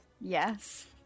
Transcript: Yes